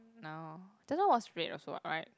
now just now was red also [what] right